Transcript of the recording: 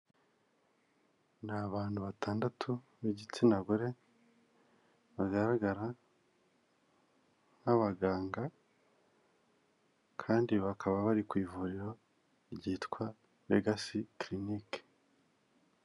Ni abantu batandatu b'igitsina gore bagaragara nk'abaganga, kandi bakaba bari ku ivuriro ryitwa Legacy Clinics.